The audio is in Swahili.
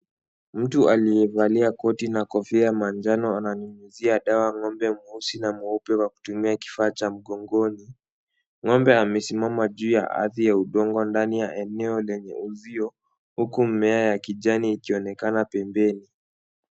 Mtu aliyevalia koti na kofia ya manjano ananyunyuzia dawa ng'ombe mweusi na mweupe kwa kutumia kifaa cha mgongoni. Ng'ombe amesimama juu ya ardhi ya udongo ndani ya eneo lenye uzio huku mmea ya kijani ikionekana pembeni.